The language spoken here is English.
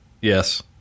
Yes